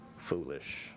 foolish